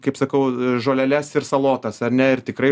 kaip sakau žoleles ir salotas ar ne ir tikrai